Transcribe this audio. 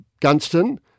Gunston